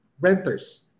renters